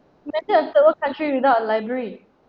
imagine a third world country without a library